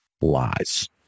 lies